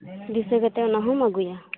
ᱫᱤᱥᱟ ᱠᱟᱛᱮ ᱚᱱᱟᱦᱚᱸᱢ ᱟ ᱜᱩᱭᱟ